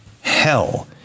hell